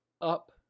up